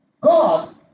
God